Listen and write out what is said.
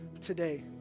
today